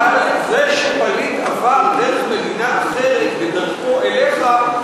זה שפליט עבר דרך מדינה אחרת בדרכו אליך,